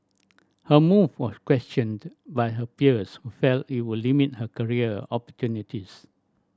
her move was questioned by her peers who felt it would limit her career opportunities